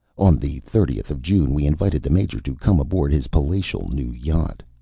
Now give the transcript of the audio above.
on the thirtieth of june, we invited the major to come aboard his palatial new yacht.